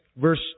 Verse